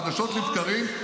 חדשות לבקרים,